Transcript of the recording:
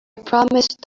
promised